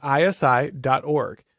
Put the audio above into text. ISI.org